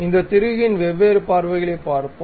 இந்த திருகின் வெவ்வேறு பார்வைகளைப் பார்ப்போம்